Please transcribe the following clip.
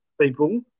people